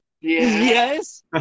Yes